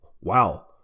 Wow